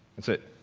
that's it.